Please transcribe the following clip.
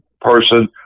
person